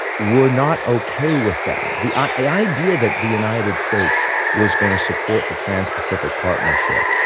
were not ok with them. the idea that the united states was going to support the trans-pacific partnership,